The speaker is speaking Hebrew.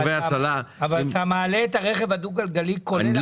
אבל אתה מעלה את הרכב הדו גלגלי כולל החירום?